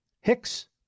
Hicks